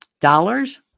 Dollars